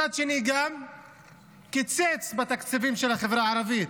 מצד שני הוא גם קיצץ בתקציבים של החברה הערבית,